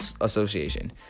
Association